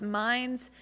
minds